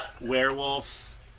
werewolf